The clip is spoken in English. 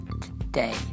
today